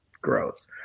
gross